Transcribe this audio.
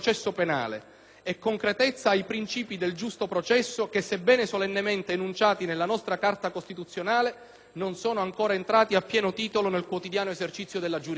e concretezza ai principi del giusto processo che, sebbene solennemente enunciati nella nostra Carta costituzionale, non sono ancora entrati a pieno titolo nel quotidiano esercizio della giurisdizione.